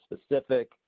specific